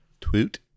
tweet